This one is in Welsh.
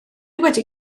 wedi